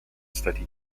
study